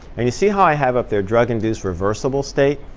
and you see how i have up there drug-induced reversible state?